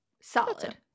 Solid